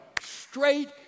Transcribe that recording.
straight